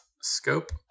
scope